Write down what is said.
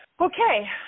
okay